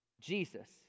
Jesus